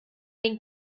den